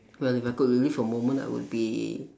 well if I could relive a moment I would be